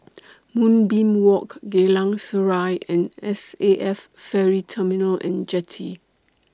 Moonbeam Walk Geylang Serai and S A F Ferry Terminal and Jetty